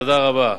תודה רבה.